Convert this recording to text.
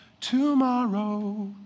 tomorrow